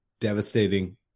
devastating